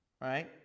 Right